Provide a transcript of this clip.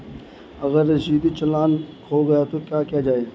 अगर रसीदी चालान खो गया तो क्या किया जाए?